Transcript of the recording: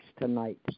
tonight